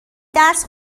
درس